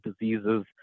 diseases